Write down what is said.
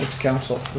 council.